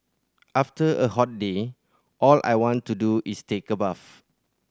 after a hot day all I want to do is take a bath